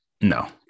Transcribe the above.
no